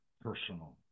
personal